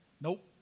Nope